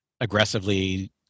aggressively